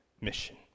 mission